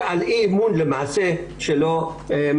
ובגלל שינוי באוריינטציה של האוניברסיטה.